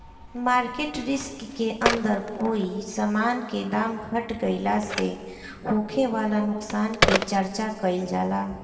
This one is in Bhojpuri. मार्केट रिस्क के अंदर कोई समान के दाम घट गइला से होखे वाला नुकसान के चर्चा काइल जाला